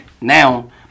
now